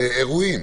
אירועים,